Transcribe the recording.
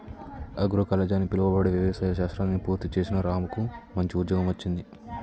agroecology అని పిలువబడే వ్యవసాయ శాస్త్రాన్ని పూర్తి చేసిన రాముకు మంచి ఉద్యోగం వచ్చింది